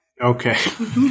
Okay